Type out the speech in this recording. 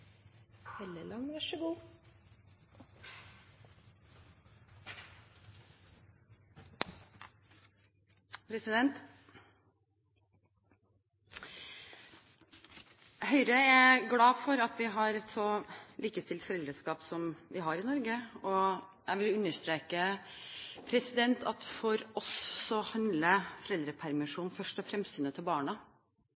glad for at vi har et så likestilt foreldreskap som vi har i Norge. Jeg må understreke at for oss handler foreldrepermisjon